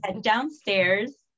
downstairs